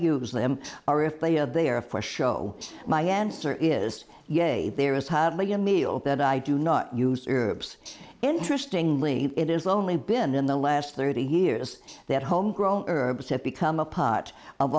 use them or if they are there for show my answer is yes there is hardly a meal that i do not use herbs interesting lee it is only been in the last thirty years that home grown herbs have become a part of